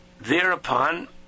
Thereupon